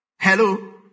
Hello